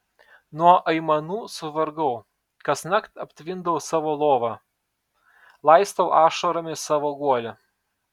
nuo aimanų suvargau kasnakt aptvindau savo lovą laistau ašaromis savo guolį